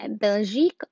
belgique